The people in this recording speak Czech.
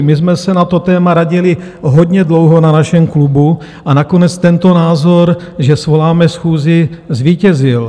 My jsme se na to téma radili hodně dlouho na našem klubu a nakonec tento názor, že svoláme schůzi, zvítězil.